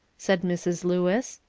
said mrs. lewis.